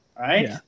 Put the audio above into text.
Right